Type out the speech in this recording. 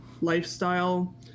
lifestyle